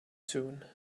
soon